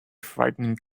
frightening